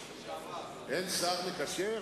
אין שר מקשר?